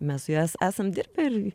mes su juo es esam dirbę ir